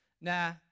Nah